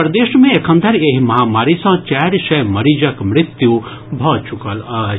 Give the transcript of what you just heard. प्रदेश मे एखन धरि एहि महामारी सँ चारि सय मरीजक मृत्यु भऽ चुकल अछि